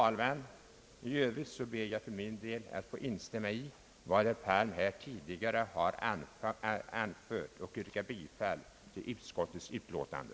I övrigt ber jag, herr talman, att få instämma i vad herr Palm tidigare har anfört och att få yrka bifall till utskottets utlåtande.